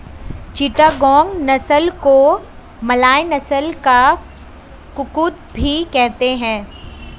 चिटागोंग नस्ल को मलय नस्ल का कुक्कुट भी कहते हैं